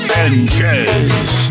Sanchez